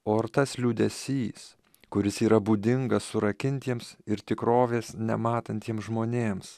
o ar tas liūdesys kuris yra būdingas surakintiems ir tikrovės nematantiems žmonėms